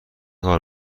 کار